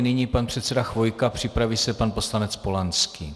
Nyní pan předseda Chvojka, připraví se pan poslanec Polanský.